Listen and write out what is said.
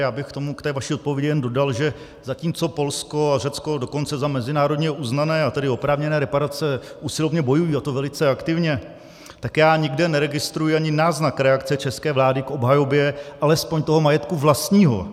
Já bych k té vaší odpovědi jen dodal, že zatímco Polsko a Řecko dokonce za mezinárodně uznané, a tedy oprávněné reparace usilovně bojují, a to velice aktivně, tak já nikde neregistruji ani náznak reakce české vlády k obhajobě alespoň toho majetku vlastního.